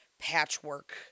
patchwork